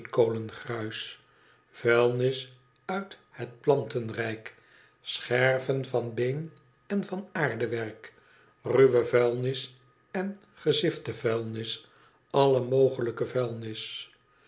steenkolengruis vuilnis uit het plantenrijk scherven van been en van aardewerk ruwe vuilnis en gezifte vuilnis alle mogelijke vuilnis